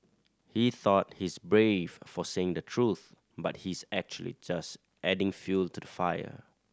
he thought he's brave for saying the truth but he's actually just adding fuel to the fire